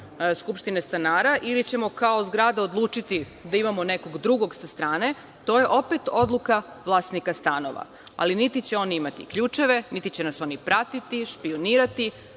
skupštine stanara ili ćemo kao zgrada odlučiti da imamo nekog drugog sa strane, to je opet odluka vlasnika stanova, ali niti će oni imati ključeve, niti će nas oni pratiti, špijunirati,